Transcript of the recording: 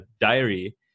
diary